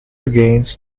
gains